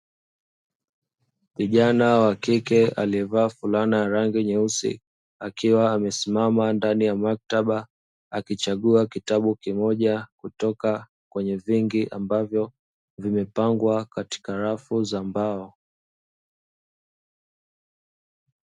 Kijana wa kike aliyevalia fulana ya rangi nyeusi, akiwa amesimama ndani ya maktaba, akichagua kitabu kimoja kwenye vingi, ambavyo vimepangwa katika rafu za mbao.